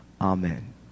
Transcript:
Amen